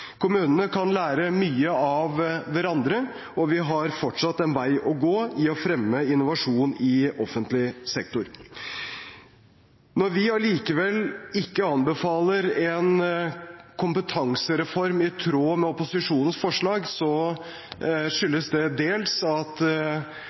Kommunene kan lære mye av hverandre, og vi har fortsatt en vei å gå i å fremme innovasjon i offentlig sektor. Når vi allikevel ikke anbefaler en kompetansereform i tråd med opposisjonens forslag,